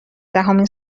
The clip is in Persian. دهمین